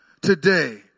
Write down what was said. today